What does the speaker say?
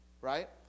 right